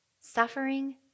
Suffering